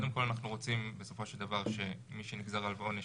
קודם כל אנחנו רוצים בסופו של דבר שמי שנגזר עליו עונש,